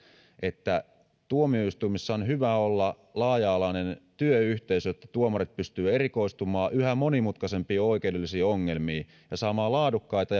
että tuomioistuimissa on hyvä olla laaja alainen työyhteisö että tuomarit pystyvät erikoistumaan yhä monimutkaisempiin oikeudellisiin ongelmiin ja saamaan laadukkaita